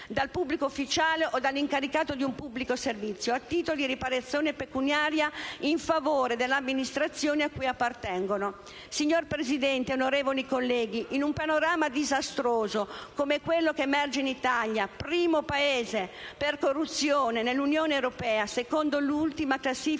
(dal pubblico ufficiale o dall'incaricato di un pubblico servizio) a titolo di riparazione pecuniaria in favore dell'amministrazione cui appartengono. Signora Presidente, onorevoli colleghi, in un panorama disastroso come quello che emerge in Italia, primo Paese per corruzione nell'Unione europea secondo l'ultima classifica